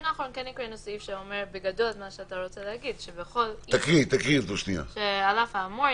האחרון כן קראנו סעיף שאומר בגדול את מה שאתה רוצה להגיד: "על אף האמור,